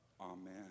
Amen